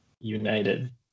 united